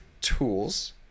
tools